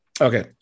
okay